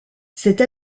cette